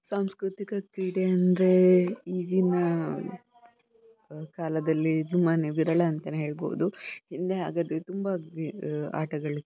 ಸಾಂಸ್ಕೃತಿಕ ಕ್ರೀಡೆ ಅಂದರೆ ಈಗಿನ ಕಾಲದಲ್ಲಿ ತುಂಬಾ ವಿರಳ ಅಂತಾನೇ ಹೇಳ್ಬೌದು ಹಿಂದೆ ಹಾಗಾದರೆ ತುಂಬ ಕ್ರಿ ಆಟಗಳಿತ್ತು